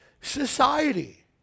society